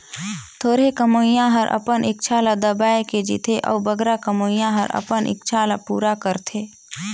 थोरहें कमोइया हर अपन इक्छा ल दबाए के जीथे अउ बगरा कमोइया हर अपन इक्छा ल पूरा करथे